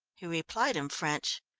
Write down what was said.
he replied in french,